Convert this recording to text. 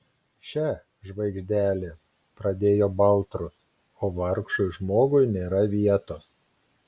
še žvaigždelės pradėjo baltrus o vargšui žmogui nėra vietos